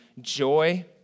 joy